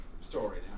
story